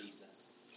Jesus